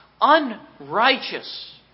unrighteous